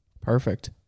Perfect